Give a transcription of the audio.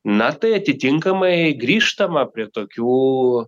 na tai atitinkamai grįžtama prie tokių